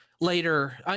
Later